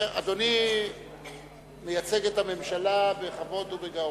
אדוני מייצג את הממשלה בכבוד ובגאון.